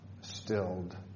stilled